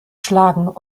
schlagen